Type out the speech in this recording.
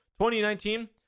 2019